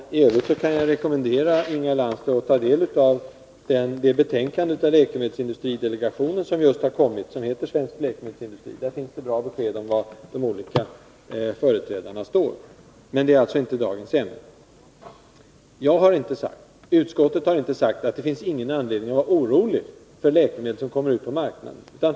I övrigt kan jag rekommendera Inga Lantz att ta del av det betänkande av läkemedelsindustridelegationen som just har lagts fram och som heter Svensk läkemedelsindustri. Där finns det bra besked om var företrädarna för de olika partierna står. Men det är alltså inte dagens ämne. Jag har inte sagt, utskottet har inte sagt att det inte finns någon anledning att vara orolig för läkemedel som kommer ut på marknaden.